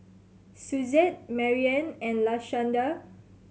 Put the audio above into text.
Suzette Marian and Lashanda